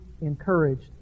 encouraged